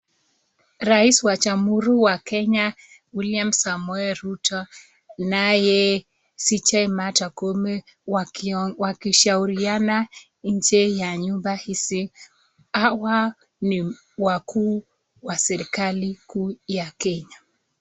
Rais wa jamhuri wa Kenya Wiliam Samoei Ruto naye CJ Martha Koome, wakishauriana nje ya nyumba hizi. Hawa ni wakuu wa serikali kuu ya Kenya.